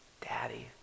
daddy